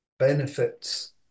benefits